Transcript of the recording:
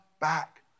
back